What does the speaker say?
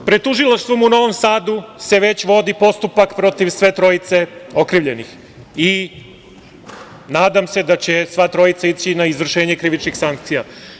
Pred tužilaštvom u Novom Sadu se već vodi postupak protiv sve trojice okrivljenih i nadam se da će sva trojica ići na izvršenje krivičnih sankcija.